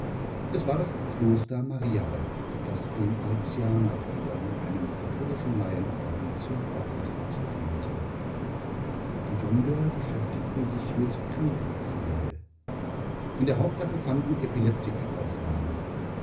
es war das kloster mariaberg das den alexianerbrüdern einem katholischen laienorden zum aufenthalt diente die brüder beschäftigten sich mit krankenpflege in der hauptsache fanden epileptiker aufnahme